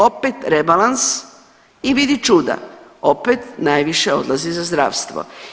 Opet rebalans i vidi čuda, opet najviše odlazi za zdravstvo.